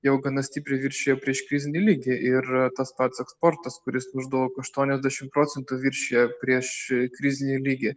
jau gana stipriai viršija prieškrizinį lygį ir tas pats eksportas kuris maždaug aštuoniasdešim procentų viršija prieškrizinį lygį